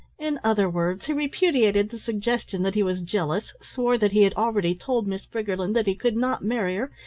in other words, he repudiated the suggestion that he was jealous, swore that he had already told miss briggerland that he could not marry her,